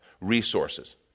resources